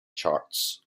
charts